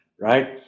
right